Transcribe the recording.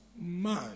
man